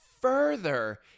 further